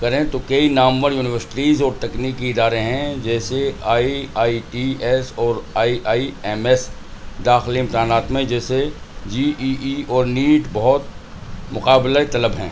کریں تو کئی نامور یونیورسٹیز اور تکنیکی ادارے ہیں جیسے آئی آئی ٹی ایس اور آئی آئی ایم ایس داخلے امتحانات میں جیسے جی ای ای اور نیٹ بہت مقابلہ طلب ہیں